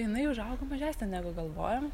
jinai užaugo mažesnė negu galvojom